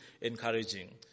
encouraging